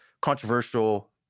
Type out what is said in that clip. controversial